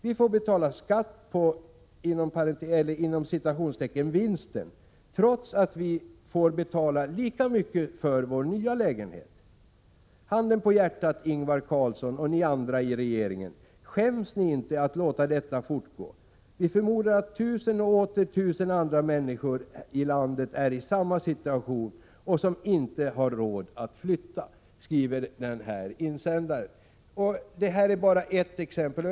Vi får betala skatt på ”vinsten” trots att vi får betala lika mycket för vår nya lägenhet. Handen på hjärtat Ingvar Carlsson och ni andra i regeringen, skäms ni inte att låta detta fortgå. Vi förmodar att tusen och åter tusen andra människor i landet är i samma situation och som inte har råd att flytta.” Detta är bara ett exempel.